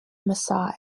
marseille